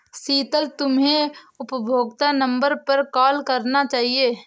शीतल, तुम्हे उपभोक्ता नंबर पर कॉल करना चाहिए